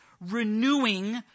renewing